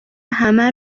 همه